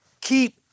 keep